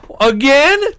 again